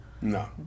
No